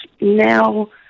now